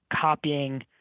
copying